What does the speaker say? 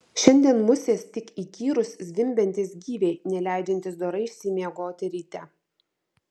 šiandien musės tik įkyrūs zvimbiantys gyviai neleidžiantys dorai išsimiegoti ryte